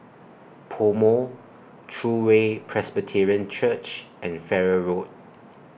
Pomo True Way Presbyterian Church and Farrer Road